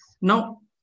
Now